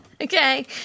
Okay